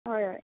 हय हय